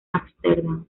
ámsterdam